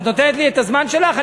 את נותנת לי את הזמן שלך?